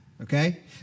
Okay